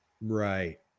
Right